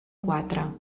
quatre